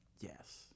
Yes